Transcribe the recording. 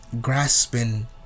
grasping